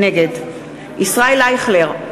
נגד ישראל אייכלר,